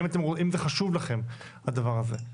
האם זה חשוב לכם הדבר הזה?